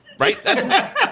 Right